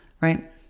right